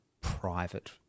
private